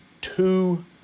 two